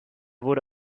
wurde